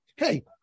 Hey